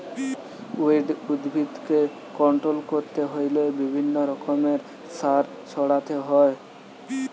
weed উদ্ভিদকে control করতে হইলে বিভিন্ন রকমের সার ছড়াতে হয়